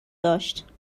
داشت